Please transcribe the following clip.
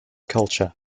culture